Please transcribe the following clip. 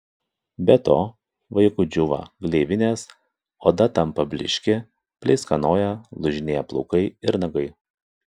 be to vaikui džiūva gleivinės oda tampa blykši pleiskanoja lūžinėja plaukai ir nagai